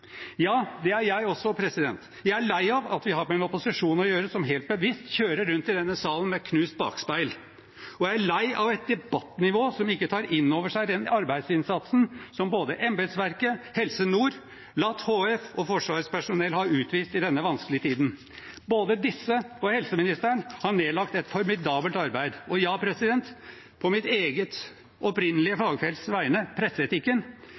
Ja, det er jeg også. Jeg er lei av at vi har med en opposisjon å gjøre som helt bevisst kjører rundt i denne salen med knust bakspeil. Jeg er lei av et debattnivå som ikke tar inn over seg den arbeidsinnsatsen som både embetsverket, Helse Nord, LAT HF og Forsvarets personell har utvist i denne vanskelige tiden. Både disse og helseministeren har nedlagt et formidabelt arbeid. Og ja, på mitt eget opprinnelige fagfelts vegne,